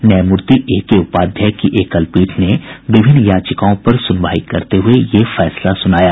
न्यायमूर्ति A K Upadhyay की एकल पीठ ने विभिन्न याचिकाओं पर सुनवाई करते हुए यह फैसला सुनाया